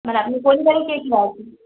মানে আপনি কোন জায়গায় আছেন